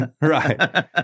Right